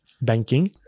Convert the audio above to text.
banking